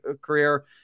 career